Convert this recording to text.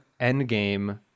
Endgame